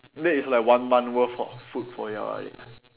that is like one month worth of food for you all already ah